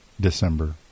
december